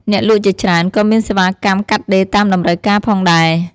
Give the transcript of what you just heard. អ្នកលក់ជាច្រើនក៏មានសេវាកម្មកាត់ដេរតាមតម្រូវការផងដែរ។